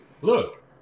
look